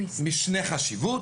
משנה חשיבות,